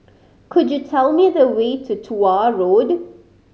could you tell me the way to Tuah Road